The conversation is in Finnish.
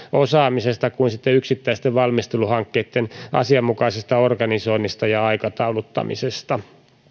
osaamisesta kuin yksittäisten valmisteluhankkeitten asianmukaisesta organisoinnista ja aikatauluttamisesta